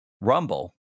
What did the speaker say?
rumble